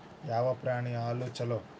ಯಾವ ಪ್ರಾಣಿ ಹಾಲು ಛಲೋ?